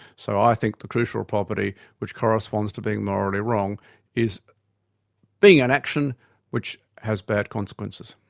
so i think the crucial property which corresponds to being morally wrong is being an action which has bad consequences.